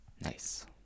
Nice